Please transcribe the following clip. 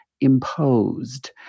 imposed